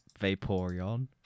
Vaporeon